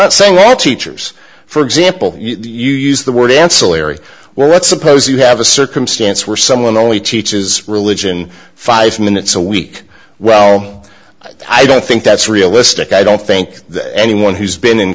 more teachers for example you use the word ancillary well let's suppose you have a circumstance where someone only teaches religion five minutes a week well i don't think that's realistic i don't think anyone who's been in